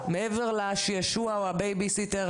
מעבר לשעשוע או הבייביסיטר